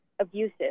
abusive